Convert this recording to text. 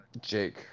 Jake